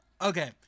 Okay